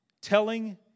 telling